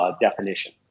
definition